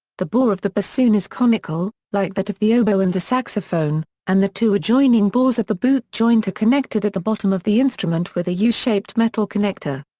the bore of the bassoon is conical, like that of the oboe and the saxophone, and the two adjoining bores of the boot joint are connected at the bottom of the instrument with a yeah u-shaped metal connector.